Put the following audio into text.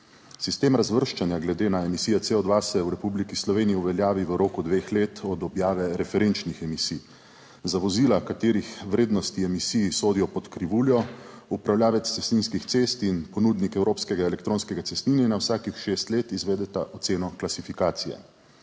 sistem razvrščanja glede na emisije C02 se v Republiki Sloveniji uveljavi v roku dveh let od objave referenčnih emisij za vozila, katerih vrednosti emisij sodijo pod krivuljo upravljavec cestninskih cest, in ponudnik evropskega elektronskega cestninjenja vsakih šest let izvedeta oceno **53.